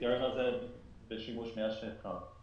בעיקרון זה בשימוש מאז שהתחלנו.